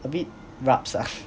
a bit rabz ah